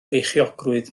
beichiogrwydd